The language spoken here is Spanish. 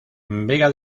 vega